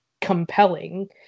compelling